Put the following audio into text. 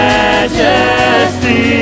majesty